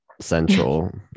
central